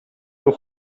nur